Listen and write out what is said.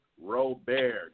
Robert